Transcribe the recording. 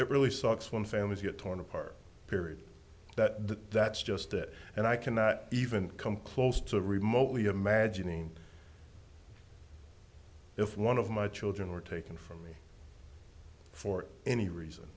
it really sucks when families get torn apart period that that's just it and i cannot even come close to remotely imagining if one of my children were taken from me for any reason